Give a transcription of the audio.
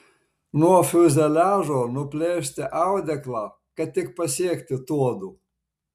nuo fiuzeliažo nuplėšti audeklą kad tik pasiekti tuodu